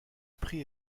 prix